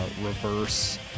reverse